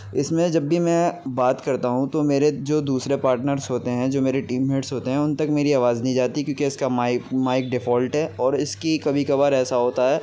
اس میں جب بھی میں بات کرتا ہوں تو میرے جو دوسرے پاٹنرس ہوتے ہیں جو میرے ٹیم میٹس ہوتے ہیں ان تک میری آواز نہیں جاتی کیوںکہ اس کا مائک مائک ڈیفالٹ ہے اور اس کی کبھی کبھار ایسا ہوتا ہے